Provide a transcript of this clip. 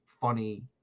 funny